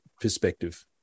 perspective